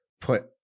put